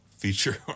feature